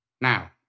Now